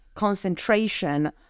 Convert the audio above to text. concentration